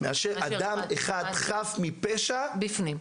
מאשר אחד חף מפשע בפנים.